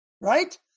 right